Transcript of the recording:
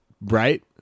Right